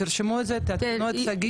תרשמו את זה ותעדכנו את שגית.